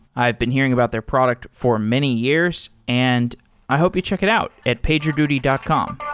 i've been hearing about their product for many years and i hope you check it out at pagerduty dot com